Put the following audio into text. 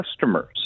customers